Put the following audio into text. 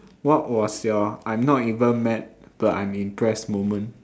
what was your I'm not even mad but I'm impressed moment